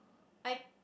I